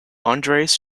andreas